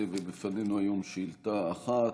לפנינו היום שאילתה אחת,